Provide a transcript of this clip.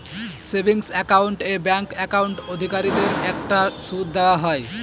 savings account এ bank account অধিকারীদের একটা সুদ দেওয়া হয়